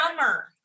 summer